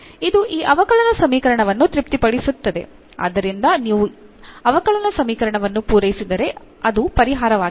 ಇದು ಈ ಅವಕಲನ ಸಮೀಕರಣವನ್ನು ತೃಪ್ತಿಪಡಿಸುತ್ತದೆ ಆದ್ದರಿಂದ ನೀವು ಅವಕಲನ ಸಮೀಕರಣವನ್ನು ಪೂರೈಸಿದರೆ ಅದು ಪರಿಹಾರವಾಗಿದೆ